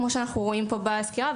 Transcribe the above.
כמו שאנחנו רואים בסקירה,